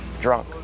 drunk